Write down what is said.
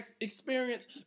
experience